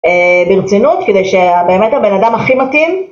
ברצינות כדי שבאמת הבן אדם הכי מתאים